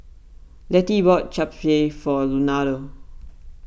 Lettie bought Japchae for Leonardo